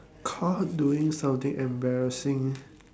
caught doing something embarrassing